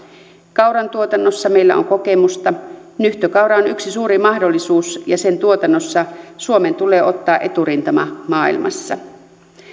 kaurantuotannossa meillä on kokemusta nyhtökaura on yksi suuri mahdollisuus ja sen tuotannossa suomen tulee ottaa eturintama maailmassa